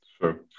Sure